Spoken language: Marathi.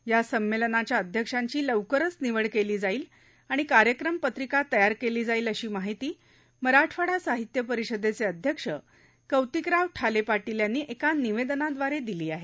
या संमेलनाच्या अध्यक्षांची लवकरच निवड केली जाईल आणि कार्यक्रम पत्रिका तयार केली जाईल अशी माहिती मराठवाडा साहित्य परिषदेचे अध्यक्ष कौतिकराव ठाले पाटील यांनी एका निवेदनाद्वारे दिली आहे